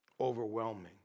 overwhelming